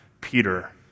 Peter